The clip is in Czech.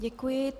Děkuji.